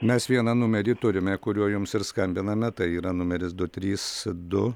mes vieną numerį turime kuriuo jums ir skambiname tai yra numeris du trys du